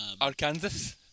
Arkansas